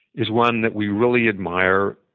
is one that we really admire.